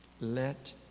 Let